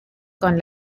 con